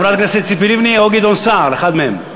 חברת הכנסת ציפי לבני או גדעון סער, אחד מהם.